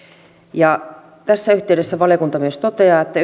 tässä yhteydessä valiokunta myös toteaa että